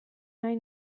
nahi